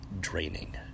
draining